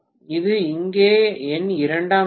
இது இங்கே என் இரண்டாம் நிலை